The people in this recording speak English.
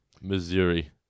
Missouri